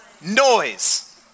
noise